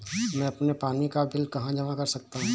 मैं अपने पानी का बिल कहाँ जमा कर सकता हूँ?